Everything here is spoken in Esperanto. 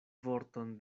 vorton